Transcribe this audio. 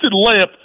layup